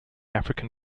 african